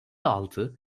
altı